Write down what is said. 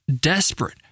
desperate